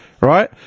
right